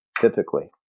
typically